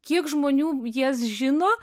kiek žmonių jas žino